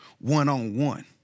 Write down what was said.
one-on-one